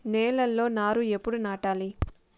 నేలలో నారు ఎప్పుడు నాటాలి?